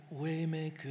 Waymaker